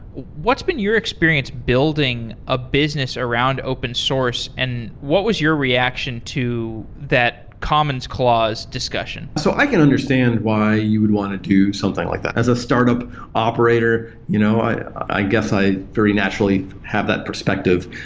what's been your experience building a business around open source and what was your reaction to that commons clause discussion? so i can understand why you would want to do something like that. as a startup operator, you know i i guess i very naturally have that perspective.